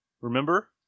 Remember